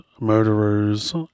murderers